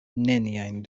neniajn